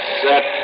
set